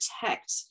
protect